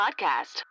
podcast